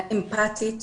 אמפתית,